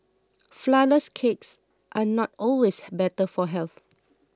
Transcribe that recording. Flourless Cakes are not always better for health